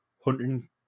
hunting